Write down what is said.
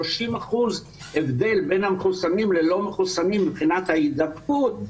אחוזים הבדל בין המחוסנים ללא מחוסנים מבחינת ההידבקות,